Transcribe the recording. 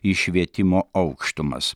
į švietimo aukštumas